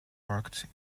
worked